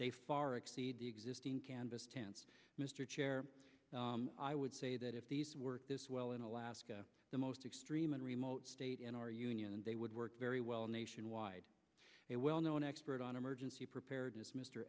they far exceed the existing canvas tents mr chair i would say that if these were this well in alaska the most extreme and remote state in our union and they would work very well nationwide a well known expert on emergency preparedness mr